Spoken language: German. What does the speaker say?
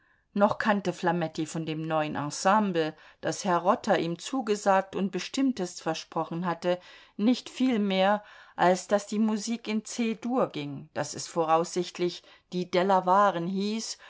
noch kannte flametti von dem neuen ensemble das herr rotter ihm zugesagt und bestimmtest versprochen hatte nicht viel mehr als daß die musik in c dur ging daß es voraussichtlich die delawaren hieß